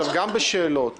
גם בשאלות